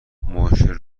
مشکل